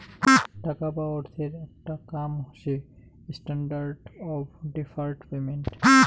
টাকা বা অর্থের আকটা কাম হসে স্ট্যান্ডার্ড অফ ডেফার্ড পেমেন্ট